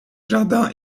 jardins